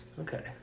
Okay